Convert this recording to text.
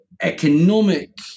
economic